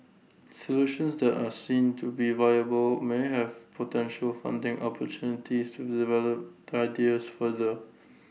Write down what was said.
solutions that are seen to be viable may have potential funding opportunities to develop the ideas further